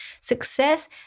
success